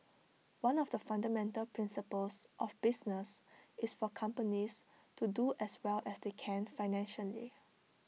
one of the fundamental principles of business is for companies to do as well as they can financially